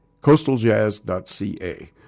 Coastaljazz.ca